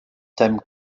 thème